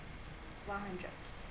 one hundred